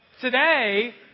today